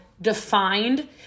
defined